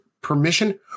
permission